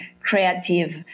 creative